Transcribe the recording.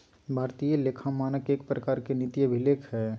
भारतीय लेखा मानक एक प्रकार के नीति अभिलेख हय